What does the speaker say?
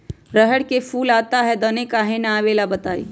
रहर मे फूल आता हैं दने काहे न आबेले बताई?